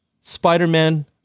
Spider-Man